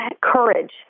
courage